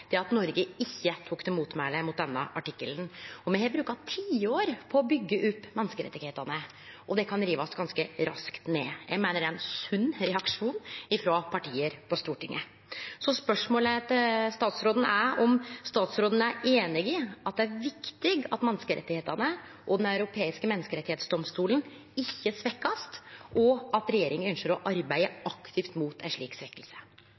det er skapt stor usikkerheit ved at Noreg ikkje tok til motmæle mot denne artikkelen. Me har brukt tiår på å byggje opp menneskerettane, og dei kan rivast ned ganske raskt. Eg meiner dette er ein sunn reaksjon frå parti på Stortinget. Spørsmålet til statsråden er: Er statsråden einig i at det er viktig at menneskerettane og Den europeiske menneskerettsdomstolen ikkje blir svekte, og ønskjer regjeringa å arbeide aktivt mot ei slik